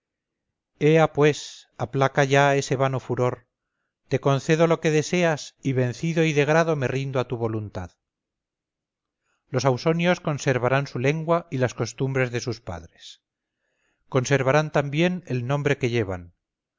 ea pues aplaca ya ese vano furor te concedo lo que deseas y vencido y de grado me rindo a tu voluntad los ausonios conservarán su lengua y las costumbres de sus padres conservarán también el nombre que llevan